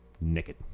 naked